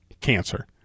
cancer